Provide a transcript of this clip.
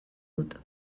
dut